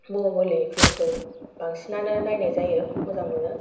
बाहुबालि फिल्मखौ बांसिनानो नायनाय जायो मोजां मोनो